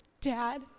Dad